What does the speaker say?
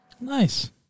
Nice